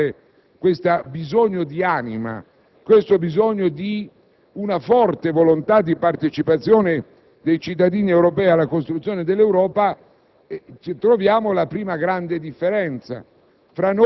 Francamente, quando sentiamo affermare questo bisogno di anima, di una forte volontà di partecipazione dei cittadini europei alla costruzione dell'Europa,